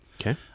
Okay